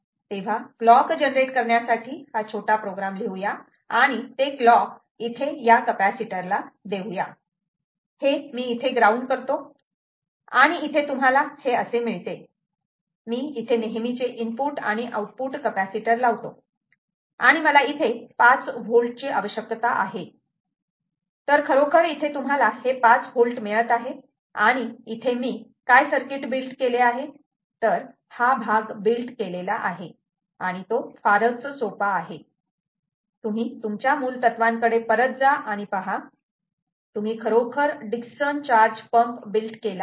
तेव्हा clock generate करण्यासाठी छोटा प्रोग्राम लिहूया आणि ते क्लॉक इथे या कपॅसिटर ला देऊ या हे मी इथे ग्राउंड करतो आणि इथे तुम्हाला असे मिळते मी इथे नेहमीचे इनपुट आणि आऊटपुट कपॅसिटर लावतो आणि मला इथे 5 V ची आवश्यकता आहे तर खरोखर इथे तुम्हाला हे 5 V मिळत आहे आणि इथे मी काय सर्किट बिल्ट केले आहे तर हा भाग बिल्ट केलेला आहे आणि तो फारच सोपा आहे तुम्ही तुमच्या मुलतत्त्वांकडे परत जा आणि पहा तुम्ही खरोखर डिक्सन चार्ज पंप बिल्ट केला आहे